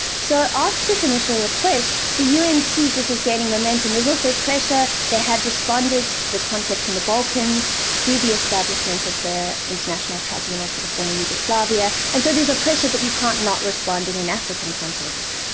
so after this initial request, the un sees this as gaining momentum. there's also pressure they had responded to the conflicts in the balkans through the establishment of the international tribunal for the former yugoslavia, and so there's a pressure that you can't not respond in an african context.